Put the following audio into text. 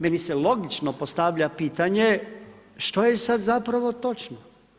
Meni se logično postavlja pitanje, što je sad zapravo točno?